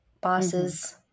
bosses